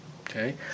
Okay